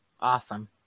awesome